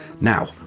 Now